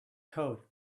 code